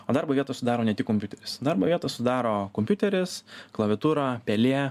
o darbo vietą sudaro ne tik kompiuteris darbo vietą sudaro kompiuteris klaviatūra pelė